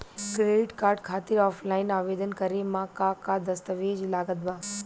Credit card खातिर offline आवेदन करे म का का दस्तवेज लागत बा?